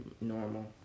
normal